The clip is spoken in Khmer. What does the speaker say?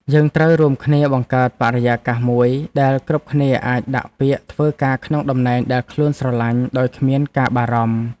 យើងត្រូវរួមគ្នាបង្កើតបរិយាកាសមួយដែលគ្រប់គ្នាអាចដាក់ពាក្យធ្វើការក្នុងតំណែងដែលខ្លួនស្រឡាញ់ដោយគ្មានការបារម្ភ។